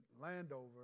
Landover